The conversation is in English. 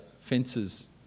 fences